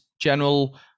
general